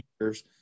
years